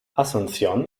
asunción